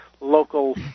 local